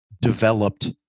developed